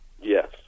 Yes